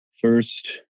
first